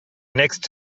next